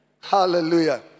Hallelujah